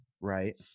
right